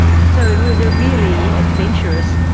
so it was a really adventurous,